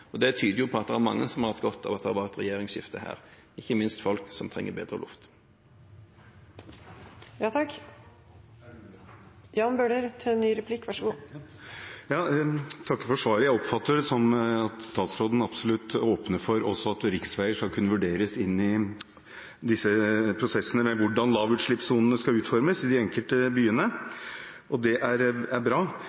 Det tyder jo på at det er mange som har hatt godt av at det har vært et regjeringsskifte her, ikke minst folk som trenger bedre luft. Jeg takker for svaret. Jeg oppfatter det som at statsråden absolutt åpner for at også riksveier skal kunne vurderes tatt med i disse prosessene med hvordan lavutslippssonene skal utformes i de enkelte byene,